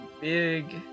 Big